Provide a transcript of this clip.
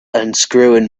unscrewing